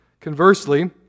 Conversely